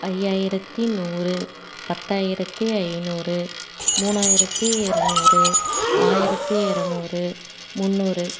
ஐயாயிரத்து நூறு பத்தாயிரத்து ஐநூறு மூணாயிரத்து இரநூறு ஆயிரத்து இரநூறு முந்நூறு